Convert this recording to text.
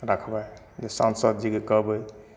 हमरा उएह जे सांसद जीके कहबै